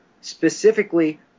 specifically